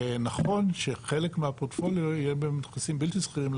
נכון שחלק מה- portfolioיהיה בנכסים בלתי סחירים,